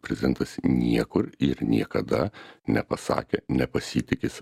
prezidentas niekur ir niekada nepasakėnepasitikįs